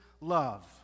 Love